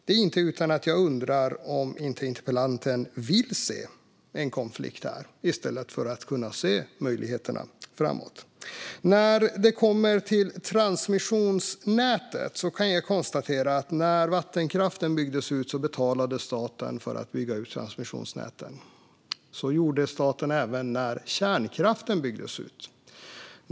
Det är inte utan att jag undrar om interpellanten vill se en konflikt här i stället för att se möjligheterna framåt. Jag kan konstatera att när vattenkraften byggdes ut betalade staten för att bygga ut transmissionsnäten. Så gjorde staten även när kärnkraften byggdes ut.